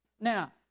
Now